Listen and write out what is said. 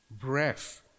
Breath